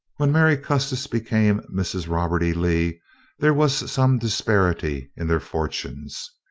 when mary custis became mrs. robert e. lee there was some disparity in their fortunes.